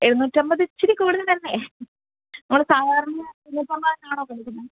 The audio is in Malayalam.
എഴുനൂറ്റി അന്പത് ഇച്ചിരി കൂടുതലല്ലേ നമ്മള് സാധാരണ എഴുന്നൂറ്റി അന്പതു തന്നെയാണോ മേടിക്കുന്നത്